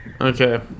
okay